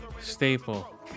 staple